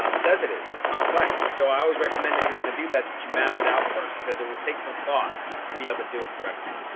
um says it is. it's complex. and so i always recommend if you're going to do that, that you map it out first, because it will take some thought to be able to do it correctly.